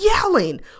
yelling